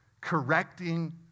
correcting